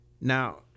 Now